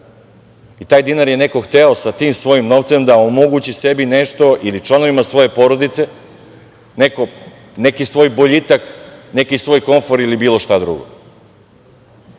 i taj neko je hteo sa tim svojim novcem da omogući sebi nešto ili članovima svoje porodica boljitak, neki svoj komfor ili bilo šta drugo.